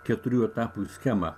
keturių etapų schema